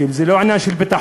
כי אם זה לא עניין של ביטחון,